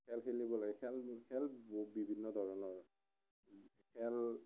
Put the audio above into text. খেল খেলিব লাগে খেল খেল বিভিন্ন ধৰণৰ খেল